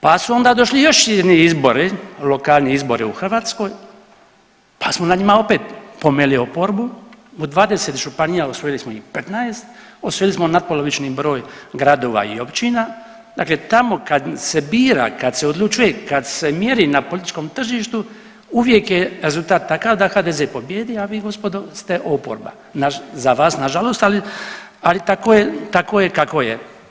Pa su onda došli još jedni izbori lokalni izbori u Hrvatskoj pa smo na njima opet pomeli oporbu u 20 županija osvojili smo ih 15, osvojili smo natpolovični broj gradova i općina, dakle tamo kad se bira, kad se odlučuje, kad se mjeri na političkom tržištu uvijek je rezultat takav da HDZ pobijedi, a vi gospodo ste oporba, za vas nažalost, ali tako je kako je.